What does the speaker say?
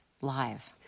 live